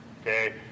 Okay